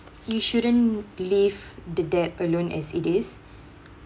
you shouldn't leave the debt alone as it is